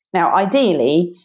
now, ideally,